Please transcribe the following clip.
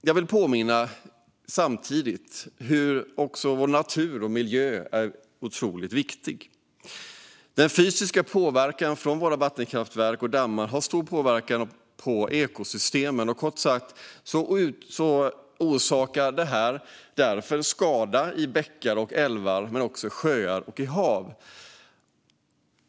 Jag vill samtidigt påminna om att vår natur och miljö är otroligt viktiga. Den fysiska påverkan från våra vattenkraftverk och dammar har stor inverkan på ekosystemen. Kort sagt orsakar de skada i bäckar och älvar men också i sjöar och hav.